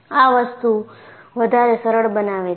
આ વસ્તુ વધારે સરળ બનાવે છે